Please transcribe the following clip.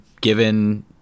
given